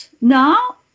now